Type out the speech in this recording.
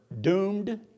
doomed